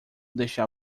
deixar